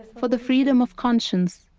for the freedom of conscience.